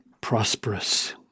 prosperous